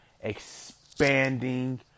expanding